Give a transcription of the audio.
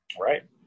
Right